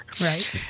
Right